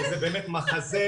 שזה באמת מחזה.